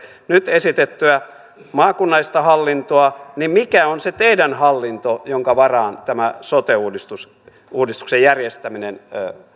nyt esitettyä maakunnallista hallintoa niin mikä on se teidän hallinto jonka varaan tämä sote uudistuksen järjestäminen